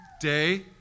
day